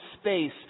space